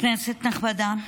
כנסת נכבדה,